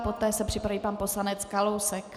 Poté se připraví pan poslanec Kalousek.